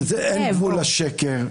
אין גבול לשקר.